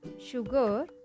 sugar